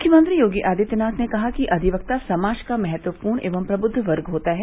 मुख्यमंत्री योगी आदित्यनाथ ने कहा कि अधिवक्ता समाज का महत्वपूर्ण एव प्रबुद्ध वर्ग होता है